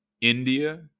India